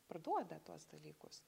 parduoda tuos dalykus